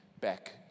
back